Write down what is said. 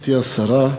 גברתי השרה,